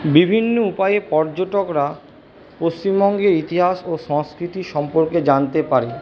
বিভিন্ন উপায়ে পর্যটকরা পশ্চিমবঙ্গের ইতিহাস ও সংস্কৃতি সম্পর্কে জানতে পারে